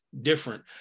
different